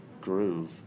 groove